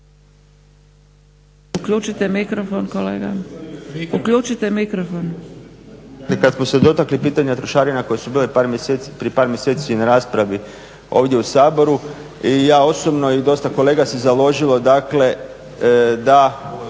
Uključite mikrofon kolega. Uključite mikrofon./ …… kad smo se dotakli pitanja trošarina koje su bile prije par mjeseci na raspravi ovdje u Saboru i ja osobno i dosta kolega se založilo, dakle